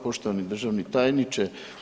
Poštovani državni tajniče.